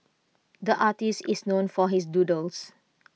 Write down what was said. the artist is known for his doodles